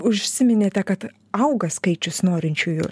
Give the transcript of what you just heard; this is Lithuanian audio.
užsiminėte kad auga skaičius norinčiųjų